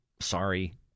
Sorry